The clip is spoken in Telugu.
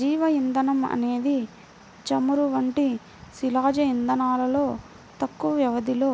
జీవ ఇంధనం అనేది చమురు వంటి శిలాజ ఇంధనాలలో తక్కువ వ్యవధిలో